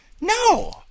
no